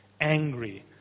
angry